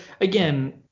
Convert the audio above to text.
again